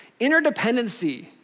interdependency